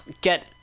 get